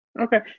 Okay